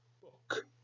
book